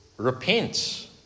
repent